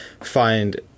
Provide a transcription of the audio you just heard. find